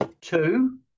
Two